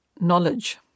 knowledge